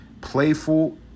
Playful